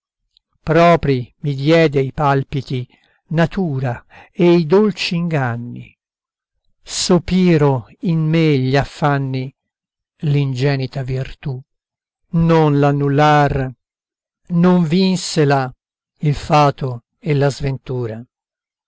proprii mi diede i palpiti natura e i dolci inganni sopiro in me gli affanni l'ingenita virtù non l'annullàr non vinsela il fato e la sventura